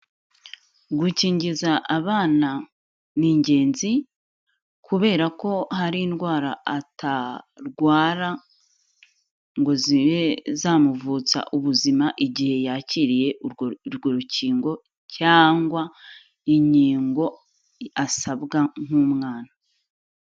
Gukingiza abana ni ingenzi kubera ko hari indwara atarwara ngo zibe zamuvutsa ubuzima igihe yakiriye urwo rukingo cyangwa inkingo asabwa nk'umwana.